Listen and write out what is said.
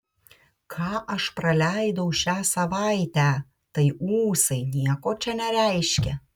ką aš praleidau šią savaitę tai ūsai nieko čia nereiškia